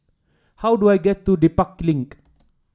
how do I get to Dedap Link